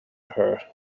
her